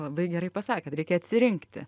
labai gerai pasakėt reikia atsirinkti